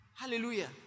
Hallelujah